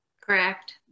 Correct